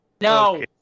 no